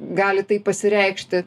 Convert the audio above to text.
gali tai pasireikšti